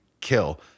kill